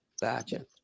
Gotcha